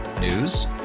News